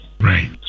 right